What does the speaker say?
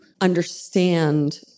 understand